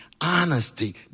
honesty